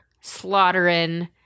slaughtering